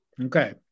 Okay